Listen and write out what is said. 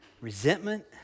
resentment